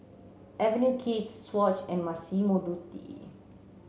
Avenue Kids Swatch and Massimo Dutti